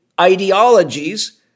ideologies